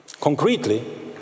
Concretely